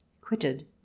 quitted